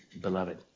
beloved